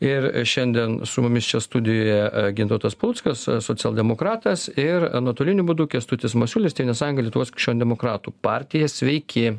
ir šiandien su mumis čia studijoje gintautas paluckas socialdemokratas ir nuotoliniu būdu kęstutis masiulis tėvynės sąjunga lietuvos krikščionių demokratų partija sveiki